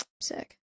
Sick